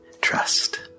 trust